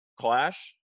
clash